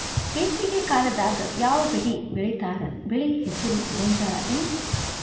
ಬೇಸಿಗೆ ಕಾಲದಾಗ ಯಾವ್ ಬೆಳಿ ಬೆಳಿತಾರ, ಬೆಳಿ ಹೆಸರು ಗೋಂಜಾಳ ಏನ್?